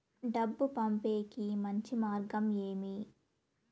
డబ్బు పంపేకి మంచి మార్గం ఏమి